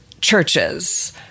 churches